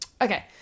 okay